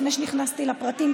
לפני שנכנסתי לפרטים,